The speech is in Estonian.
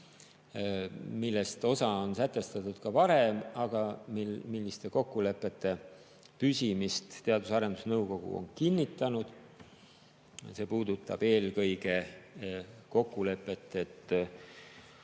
millest osa on sätestatud ka varem. Aga milliste kokkulepete püsimist Teadus- ja Arendusnõukogu on kinnitanud? See puudutab eelkõige kokkulepet, et